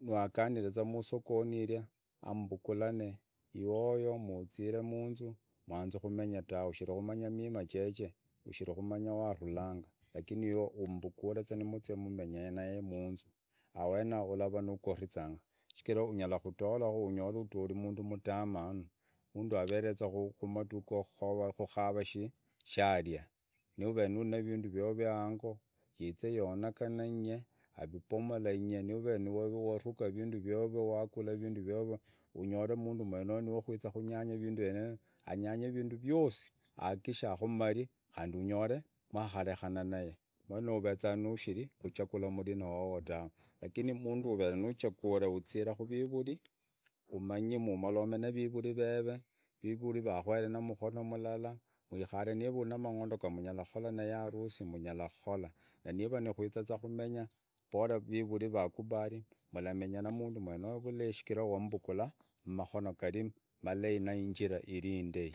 mwaganiriza musugoni ira ing mombugulane, muzie munzu mujagi komenya dove, ushiri kumanya imima jije, ushiri kumenya warulanga lakini iwe umbuguli zaa nimuzia komanya naye munzu, au ahene yaho urara nogotizanga shigira unyaru kudolaku unyore udoli mundu mutamana, umunda avere zaa kumaduka kukava shindu sharia, noremu nevindo vivyo vya hango, ize yonagonye, aripomolanye nore niwatuga evindu vyovyo unyore mundu weneyo niwokuza kunyanya evindo vyenivyo, anyanye evindu vyosi, ahakikishe akumari, khandi unyore mwakarekana naye, henayo ureza nushiri kuchagula umurina wowo dawe. Lakini mundu woveya nuchaguri, uzira kuvivuri, umonyi amoloma na ariruri rere, avivuri rakohe numukono mulala, wikare niva oveye, namang'ondo yamanyala kokola naye harusi, mnyala kokhola na niva nukuiza komenya bora avivuri vakubali marumenya numundu oyo vulai shigira wamuvugula mmakono gari malahi ne injira in indai.